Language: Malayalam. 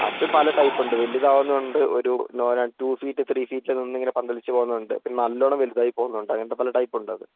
അതു പല ടൈപ്പുണ്ട് വലുതാവുന്നതുണ്ട് ഒരു ടൂ ഫീറ്റ് ത്രീ ഫീറ്റിലൊക്കെ നിന്നിങ്ങനെ പന്തലിച്ചു പോവുന്നതുണ്ട് പിന്നെ നല്ലവണ്ണം വലുതായി പോവുന്നതുണ്ട് അങ്ങനത്തെ പല ടൈപ്പുണ്ടത്